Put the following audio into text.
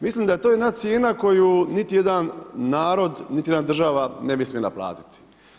Mislim da je to jedna cijena, koju niti jedan narod, niti jedna država ne bi smijala platit.